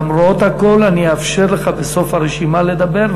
למרות הכול אני אאפשר לך בסוף הרשימה לדבר,